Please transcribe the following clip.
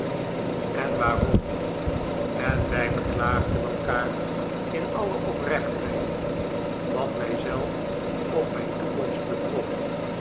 en waarom en wij beklaagden elkaar in alle oprechtheid wat mij zelf of mijn toekomst betrof